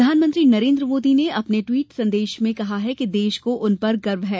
प्रधानमंत्री नरेन्द्र मोदी ने अपने ट्विट संदेश में कहा कि देश को उन पर गर्व है